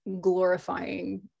glorifying